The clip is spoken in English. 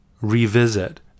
revisit